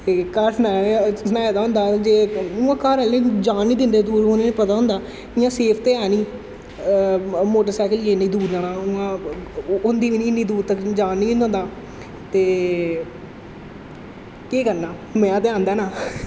जे घर सनाए दा सनाए दा होंदा हा ते जे उ'आं घर आह्ले जान निं दिंदे दूर उ'नें गी पता होंदा इ'यां सेफ ते है निं मोटर सैकल लेइयै इन्नी दूर जाना उ'आं होंदी बी निं इन्ने दूर तक जान गै निं होंदा ते केह् करना मजा ते औंदा ना